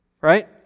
Right